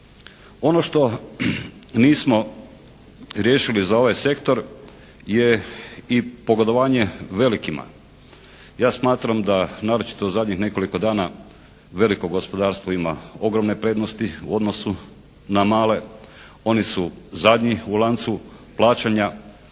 Ono što nismo riješili iza ovaj sektor je i pogodovanje velikima. Ja smatram da naročito u zadnjih nekoliko dana veliko gospodarstvo ima ogromne prednosti u odnosu na male. Oni su zadnji u lancu plaćanja.